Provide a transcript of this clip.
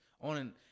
on